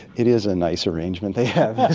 it is a nice arrangement they have!